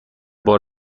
بار